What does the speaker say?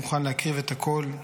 מוכן להקריב את הכול.